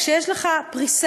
כשיש לך פריסה